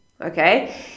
okay